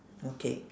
okay